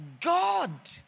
God